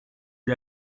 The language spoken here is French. lui